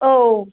औ